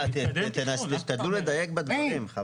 תשתדלו לדייק בדברים.